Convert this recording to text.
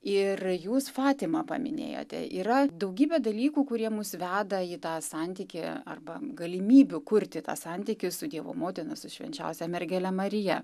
ir jūs fatimą paminėjote yra daugybė dalykų kurie mus veda į tą santykį arba galimybių kurti tą santykį su dievo motina su švenčiausia mergele marija